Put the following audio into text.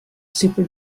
super